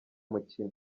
mukino